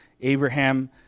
Abraham